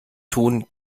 tun